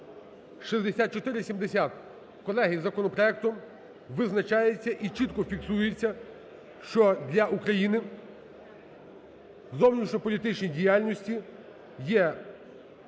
Колеги, законопроектом визначається і чітко фіксується, що для України зовнішньополітичної діяльності є ключовим